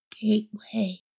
gateway